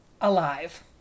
alive